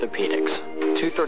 Orthopedics